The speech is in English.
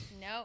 No